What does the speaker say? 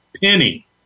penny